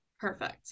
perfect